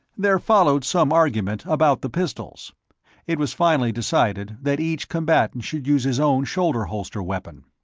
there followed some argument about the pistols it was finally decided that each combatant should use his own shoulder-holster weapon.